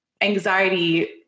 anxiety